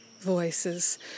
voices